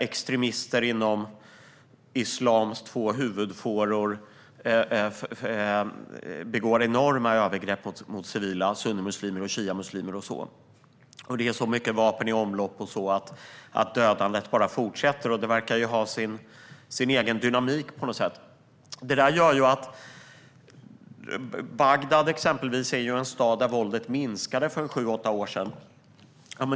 Extremister inom islams två huvudfåror begår enorma övergrepp mot civila, sunnimuslimer och shiamuslimer, och det är så mycket vapen i omlopp att dödandet bara fortsätter. Det verkar ha sin egen dynamik på något sätt. Bagdad är en stad där våldet minskade för sju åtta år sedan.